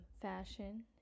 fashion